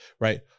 right